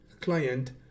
client